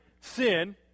sin